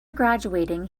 graduating